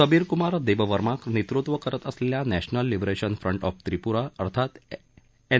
सबीर कुमार देबवर्मा नेतृत्व करत असलेल्या नाजिल लिबरेशन फ्रंट ऑफ त्रिपुरा अर्थात एन